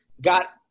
got